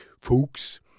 folks